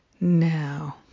now